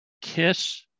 kiss